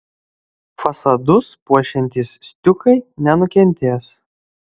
fasadus puošiantys stiukai nenukentės